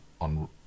on